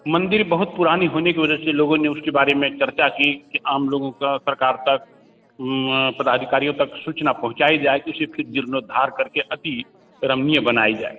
मंदिर बहुत पुरानी होने कि वजह से लोगों ने उसके बारे में चर्चा की कि आम लोगों का प्रकारतक पदाधिकारियों तक सूचना पहुँचाई जाए उसे फिर जीर्णोद्धार करके अतिरमीय बनाई जाए